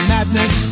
Madness